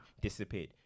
disappeared